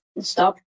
stop